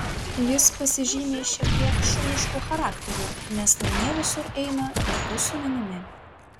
jis pasižymi šiek tiek šunišku charakteriu nes namie visur eina kartu su manimi